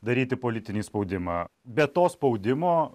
daryti politinį spaudimą bet to spaudimo